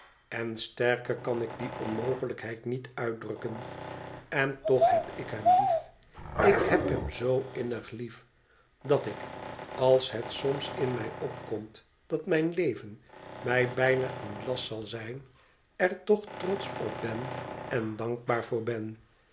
en sterker kan ik die onmogelijkheid niet uitdrukken en toch heb ik hem lief ik heb hm zoo innig lief dat ik als het soms in mij opkomt dat mijn leven mij bijna een last zal zijn er toch trotsch op ben en dankbaar voor ben